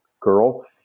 girl